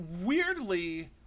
weirdly